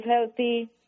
healthy